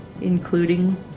including